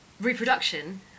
reproduction